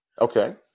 Okay